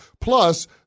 Plus